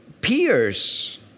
peers